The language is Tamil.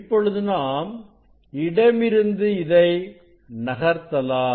இப்பொழுது நாம் இடமிருந்து இதை நகர்த்தலாம்